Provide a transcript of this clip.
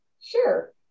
Sure